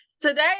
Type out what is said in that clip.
Today